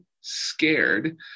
scared